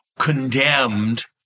condemned